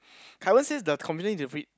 Kai-Wen says the conviction they read